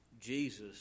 Jesus